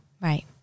Right